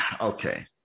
okay